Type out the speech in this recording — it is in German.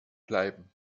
bleiben